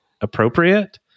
appropriate